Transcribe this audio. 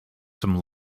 some